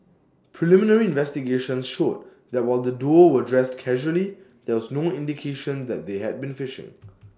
preliminary investigations showed that while the duo were dressed casually there was no indication that they had been fishing